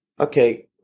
okay